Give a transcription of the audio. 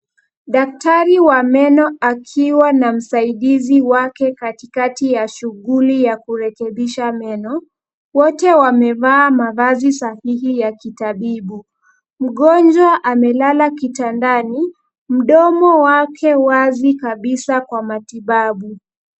Daktari wa meno akiwa na msaidizi wake katikati ya shughuli ya kurekebisha meno, wote wamevaa mavazi sahihi ya kitabibu, mgonjwa amelala kitandani mdomo wake wazi kabisa kwa matibabu.